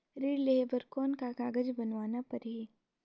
ऋण लेहे बर कौन का कागज बनवाना परही?